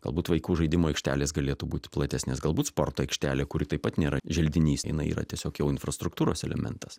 galbūt vaikų žaidimų aikštelės galėtų būti platesnės galbūt sporto aikštelė kuri taip pat nėra želdinys jinai yra tiesiog jau infrastruktūros elementas